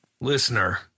Listener